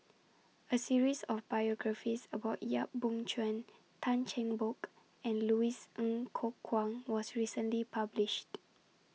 A series of biographies about Yap Boon Chuan Tan Cheng Bock and Louis Ng Kok Kwang was recently published